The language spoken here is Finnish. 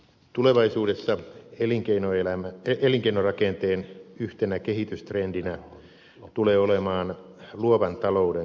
tulevaisuudessa elinkeinorakenteen yhtenä kehitystrendinä tulee olemaan luovan talouden kasvu